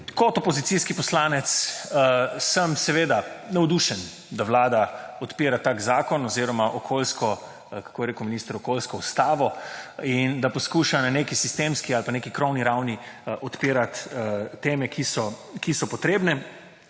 kot opozicijski poslanec sem seveda navdušen, da Vlada odpira tak zakon oziroma – kakor je rekel minister ‒ okoljsko ustavo in da poskuša na neki sistemski ali neki krovni ravni odpirati teme, ki so potrebne